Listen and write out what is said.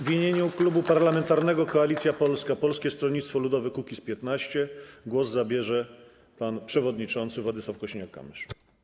W imieniu Klubu Parlamentarnego Koalicja Polska - Polskie Stronnictwo Ludowe - Kukiz15 głos zabierze pan przewodniczący Władysław Kosiniak-Kamysz.